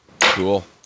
Cool